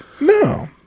No